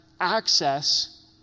access